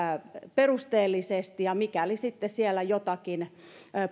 perusteellisesti mikäli siellä joitakin